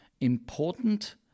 important